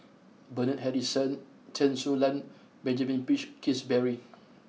Bernard Harrison Chen Su Lan Benjamin Peach Keasberry